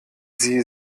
sie